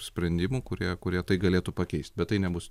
sprendimų kurie kurie tai galėtų pakeist bet tai nebus